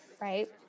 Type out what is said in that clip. Right